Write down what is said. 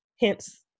Hence